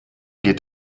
geht